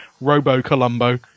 robo-Columbo